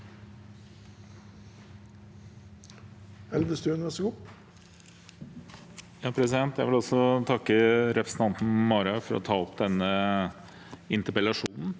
Jeg vil også takke re- presentanten Marhaug for å ta opp denne interpellasjonen